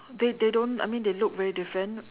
they they don't I mean they look very different